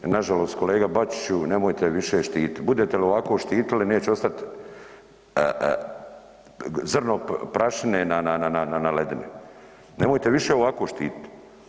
Nažalost kolega Bačiću nemojte ih više štititi, budete li ovako štitili neće ostati zrno prašine na ledini, nemojte više ovako štitit.